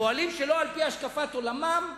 פועלים שלא על-פי השקפת עולמם?